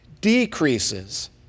decreases